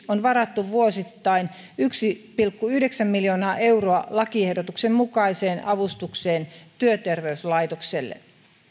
on varattu vuosittain yksi pilkku yhdeksän miljoonaa euroa lakiehdotuksen mukaiseen avustukseen työterveyslaitokselle